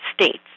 states